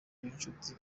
niyonshuti